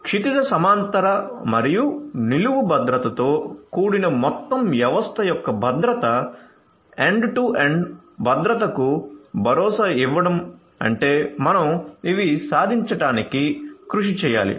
క్షితిజ సమాంతర మరియు నిలువు భద్రతతో కూడిన మొత్తం వ్యవస్థ యొక్క భద్రత ఎండ్ టు ఎండ్ భద్రతకు భరోసా ఇవ్వడం అంటే మనం ఇవి సాధించడానికి కృషి చేయాలి